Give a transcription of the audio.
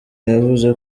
yavuze